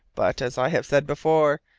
but, as i have said before,